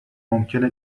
ممکنه